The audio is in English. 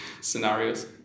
scenarios